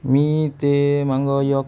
मी ते मागे एक